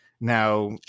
Now